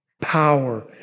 power